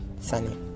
sunny